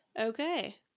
Okay